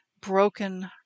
broken